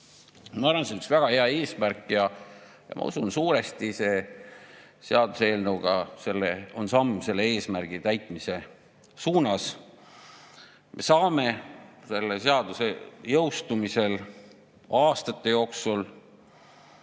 arvan, et see on üks väga hea eesmärk, ja ma usun, suuresti on see seaduseelnõu samm selle eesmärgi täitmise suunas. Me saame selle seaduse jõustumise korral aastate jooksul